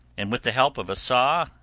and with the help of a saw,